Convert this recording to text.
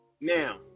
Now